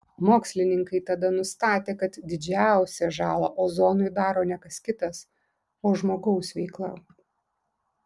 mokslininkai tada nustatė kad didžiausią žalą ozonui daro ne kas kitas o žmogaus veikla